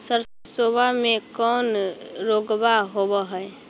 सरसोबा मे कौन रोग्बा होबय है?